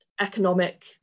economic